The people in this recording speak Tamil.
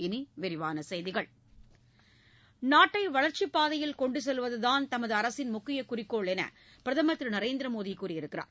இனி விரிவான செய்திகள் நாட்டை வளர்ச்சிப் பாதையில் கொண்டு செல்வதுதான் தமது அரசின் முக்கிய குறிக்கோள் என்று பிரதமர் திரு நரேந்திர மோடி கூறியிருக்கிறார்